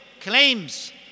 claims